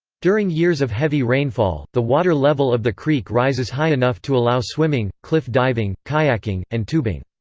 during years of heavy rainfall, the water level of the creek rises high enough to allow swimming, cliff diving, kayaking, and tubing.